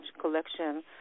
collection